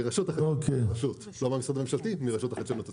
מרשות החדשנות עצמה,